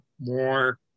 more